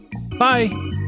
Bye